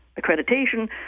accreditation